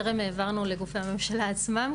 טרם העברנו לגופי הממשלה עצמם,